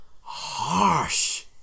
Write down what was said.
harsh